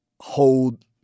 hold